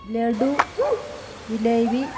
laddu jalebi